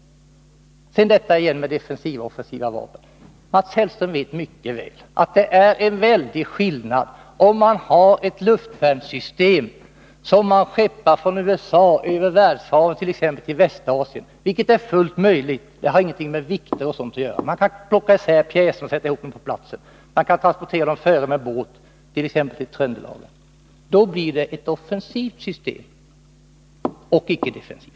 Sedan till resonemanget om defensiva och offensiva vapen. Mats Hellström vet mycket väl att här föreligger en väldig skillnad. Följande exempel kan anföras. Ett luftvärnssystem skeppas från USA över världshaven till Västasien. Det är ju fullt möjligt att göra något sådant. Det har inget med vikter, etc. att göra. Man kan plocka isär pjäser och sedan sätta ihop dem när de väl kommit på plats. Man kan också transportera dem i förväg med båt, t.ex. till Tröndelag. Då blir det fråga om ett offensivt system, icke ett defensivt.